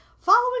Following